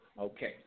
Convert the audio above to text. Okay